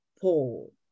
Paul